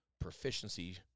proficiency